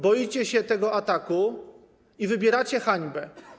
Boicie się tego ataku i wybieracie hańbę.